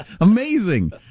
Amazing